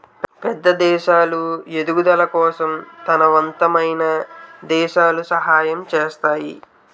పేద దేశాలు ఎదుగుదల కోసం తనవంతమైన దేశాలు సహాయం చేస్తాయి